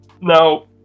Now